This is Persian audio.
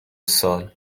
سال